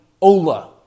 ola